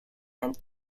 and